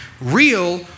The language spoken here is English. real